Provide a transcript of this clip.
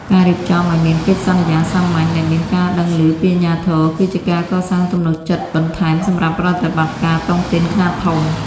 ការរៀបចំឱ្យមាន "កិច្ចសន្យាសាមញ្ញ" ដែលមានការដឹងឮពីអាជ្ញាធរ គឺជាការកសាងទំនុកចិត្តបន្ថែមសម្រាប់ប្រតិបត្តិការតុងទីនខ្នាតធំ។